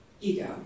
Ego